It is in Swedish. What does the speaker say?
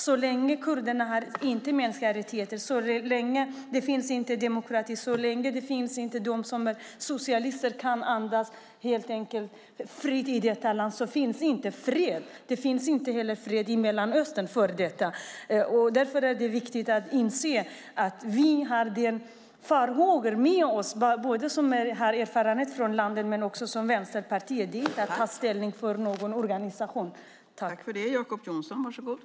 Så länge kurderna inte har mänskliga rättigheter, så länge det inte finns demokrati, så länge de som är socialister inte kan andas fritt i detta land finns ingen fred. Det finns heller ingen fred i Mellanöstern innan detta ändras, och därför är det viktigt att se de farhågor som Vänsterpartiet och vi med erfarenhet från landet har. Detta är inte att ta ställning för någon viss organisation.